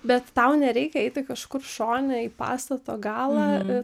bet tau nereikia eiti kažkur šone į pastato galą